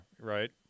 right